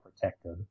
protected